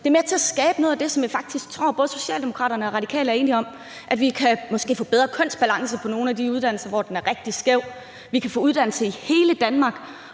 Det er med til at skabe noget af det, som jeg faktisk tror både Socialdemokraterne og Radikale er enige om, nemlig at vi måske kan få bedre kønsbalance på nogle af de uddannelser, hvor den er rigtig skæv. Vi kan få uddannelse i hele Danmark,